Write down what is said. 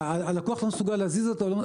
הלקוח לא מסוגל להזיז את הכסף.